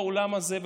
באולם הזה,